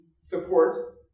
support